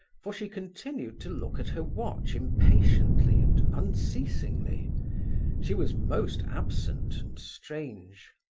for she continued to look at her watch impatiently and unceasingly she was most absent and strange.